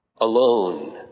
alone